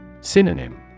Synonym